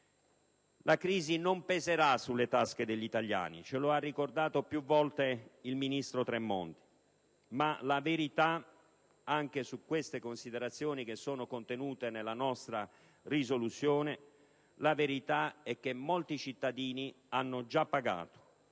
La crisi non peserà sulle tasche degli italiani, ce lo ha ricordato più volte il ministro Tremonti. Ma la verità - anche su queste considerazioni che sono contenute nella nostra proposta di risoluzione - è che molti cittadini hanno già pagato